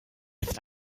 ist